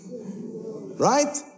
right